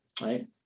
Right